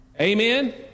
Amen